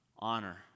Honor